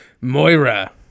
Moira